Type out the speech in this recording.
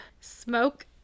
Smoke